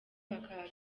bakaba